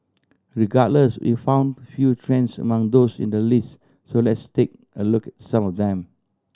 regardless we found few trends among those in the list so let's take a loo some of them